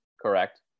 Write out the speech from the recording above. Correct